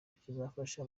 kizafasha